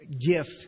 gift